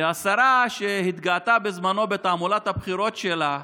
השרה, שהתגאתה בזמנו, בתעמולת הבחירות שלה,